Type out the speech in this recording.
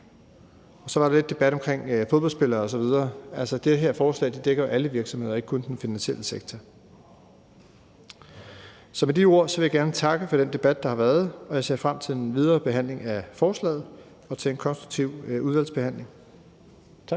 Så var der lidt debat omkring fodboldspillere osv. Altså, det her lovforslag dækker alle virksomheder og ikke kun den finansielle sektor. Så med de ord vil jeg godt takke for den debat, der har været, og jeg ser frem til den videre behandling af forslaget og til en konstruktiv udvalgsbehandling. Tak.